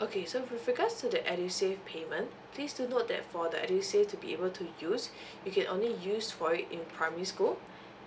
okay so with regards to the edusave payment please do note that for the edusave to be able to use you can only use for it in primary school